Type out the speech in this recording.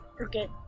Okay